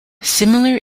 similar